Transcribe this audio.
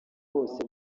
bose